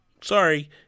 sorry